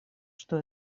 что